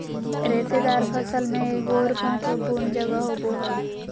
रेशेदार फसल में एगोर महत्वपूर्ण जगह होबो हइ